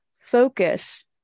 focus